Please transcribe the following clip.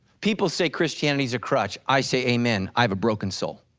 people say christianity is a crutch i say amen, i have a broken soul.